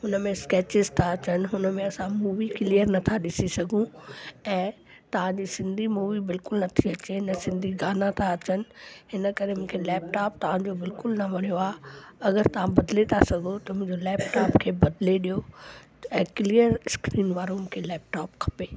उन में स्कैचिस था अचनि हुन में असां मूवी क्लीयर नथा ॾिसी सघूं ऐं तव्हांजी सिंधी मूवी बिल्कुलु नथी अचे न सिंधी गाना त अचनि हिन करे मूंखे लैपटॉप तव्हांजो बिल्कुलु न वणियो आहे अगरि तव्हां बदिले था सघो त मुंहिंजो लैपटॉप खे बदिले ॾियो ऐं क्लीअर स्क्रीन वारो मुखे लैपटॉप खपे